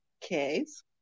case